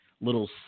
little